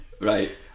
Right